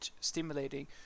stimulating